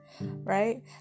Right